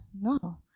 No